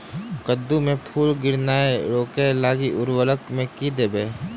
कद्दू मे फूल गिरनाय रोकय लागि उर्वरक मे की देबै?